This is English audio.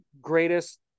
greatest